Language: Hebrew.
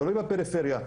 בפריפריה.